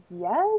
yes